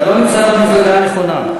אתה לא נמצא במפלגה הנכונה.